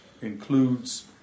includes